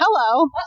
Hello